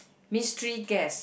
mystery guess